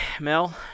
Mel